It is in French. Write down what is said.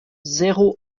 zéro